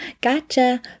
gotcha